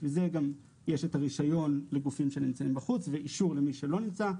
בשביל זה גם יש את הרישיון לגופים שנמצאים בחוץ ואישור למי שלא נמצא.